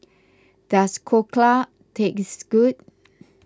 does Dhokla taste good